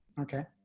Okay